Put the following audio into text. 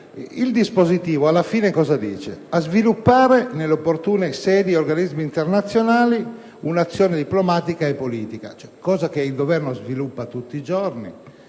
Il dispositivo, alla fine, impegna il Governo a sviluppare nelle opportune sedi ed organismi internazionali un'azione diplomatica e politica, cosa che il Governo sviluppa tutti giorni,